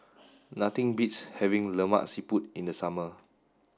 nothing beats having Lemak Siput in the summer